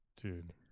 Dude